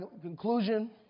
Conclusion